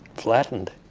flattened.